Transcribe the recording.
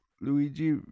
Luigi